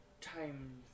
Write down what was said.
time